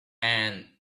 and